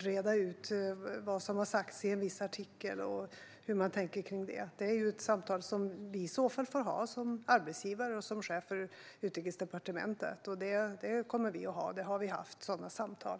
reda ut vad som har sagts i en viss artikel och hur tankarna går i fråga om det. Ett sådant samtal får vi i så fall ha utifrån rollen som arbetsgivare och chef för Utrikesdepartementet. Vi kommer att ha och har redan haft sådana samtal.